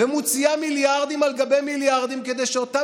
ומוציאה מיליארדים על גבי מיליארדים כדי שאותם